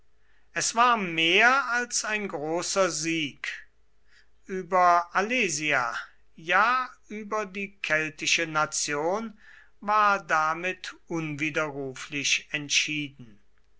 es war mehr als ein großer sieg über alesia ja über die keltische nation war damit unwiderruflich entschieden